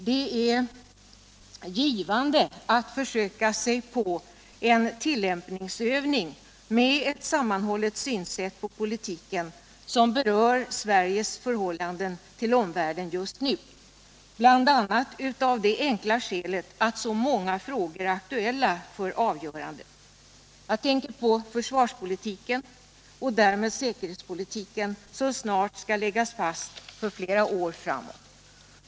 Det är givande att försöka sig på en tillämpningsövning med ett sammanhållet synsätt på politiken som berör Sveriges förhållande till omvärlden just nu, bl.a. av det enkla skälet att så många frågor är aktuella för avgörande. Jag tänker på försvarspolitiken, och därmed säkerhetspolitiken, som snart skall läggas fast för flera år framåt.